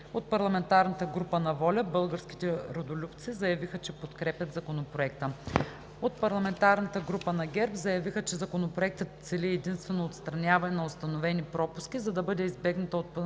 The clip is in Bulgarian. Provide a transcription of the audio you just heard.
От парламентарната група на „ВОЛЯ – Българските Родолюбци“ заявиха, че подкрепят Законопроекта. От парламентарната група на ГЕРБ заявиха, че Законопроектът цели единствено отстраняване на установени пропуски, за да бъде избегната опасността от